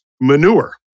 Manure